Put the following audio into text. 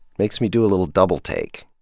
makes me do a little double take.